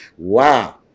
Wow